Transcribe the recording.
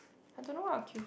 I don't know what I queue